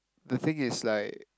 the thing is like